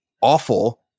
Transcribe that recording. awful